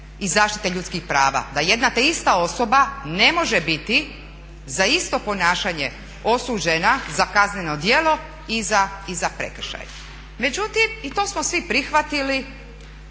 i zaštite ljudskih prava. Dakle, da jedna te ista osoba ne može biti za isto ponašanje osuđena za kazneno djelo i za prekršaj. Međutim, i to smo svi prihvatili,